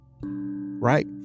Right